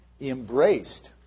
embraced